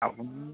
আপুনি